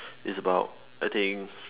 it's about I think